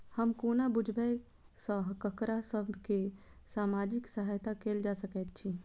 हम कोना बुझबै सँ ककरा सभ केँ सामाजिक सहायता कैल जा सकैत छै?